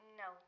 no